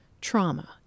trauma